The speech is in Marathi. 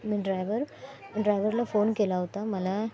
मी ड्रायवर ड्रायव्हरला फोन केला होता मला